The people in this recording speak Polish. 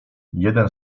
jeden